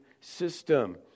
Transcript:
system